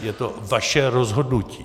Je to vaše rozhodnutí.